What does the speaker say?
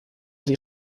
sie